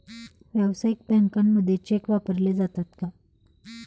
व्यावसायिक बँकांमध्ये चेक वापरले जातात का?